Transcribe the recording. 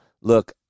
Look